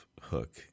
Hook